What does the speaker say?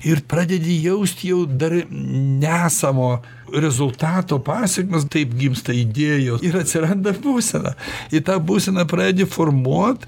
ir pradedi jaust jau dar nesamo rezultato pasekmes taip gimsta idėjos ir atsiranda būsena i tą būseną pradedi formuot